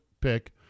pick